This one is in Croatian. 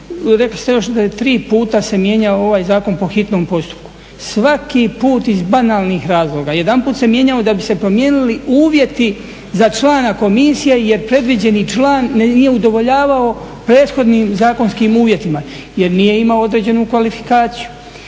rekli ste još da je tri puta se mijenjao ovaj zakon po hitnom postupku. Svaki put iz banalnih razloga, jedanput se mijenjao da bi se promijenili uvjeti za člana komisije, jer predviđeni član nije udovoljavao prethodnim zakonskim uvjetima jer nije imao određenu kvalifikaciju,